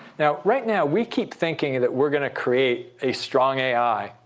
now right now we keep thinking that we're going to create a strong ai.